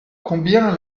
combien